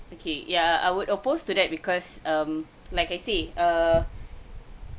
okay yeah I would opposed to that because um like I say err